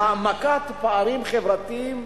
להעמקת הפערים החברתיים,